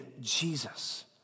Jesus